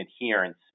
adherence